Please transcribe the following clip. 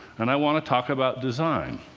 and i want to talk about design.